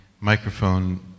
microphone